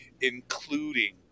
including